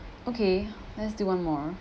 okay let's do one more